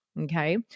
Okay